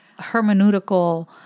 hermeneutical